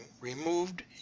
removed